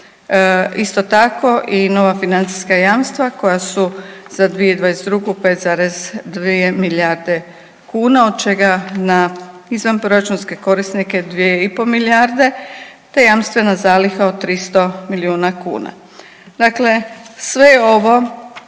Isto tako i nova financijska jamstva koja su za 2022. 5,2 milijarde kuna od čega na izvanproračunske korisnike 2,5 milijarde te jamstvena zaliha od 300 milijuna kuna. Dakle, sve je